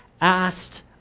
asked